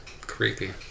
Creepy